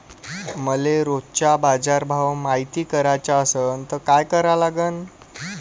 मले रोजचा बाजारभव मायती कराचा असन त काय करा लागन?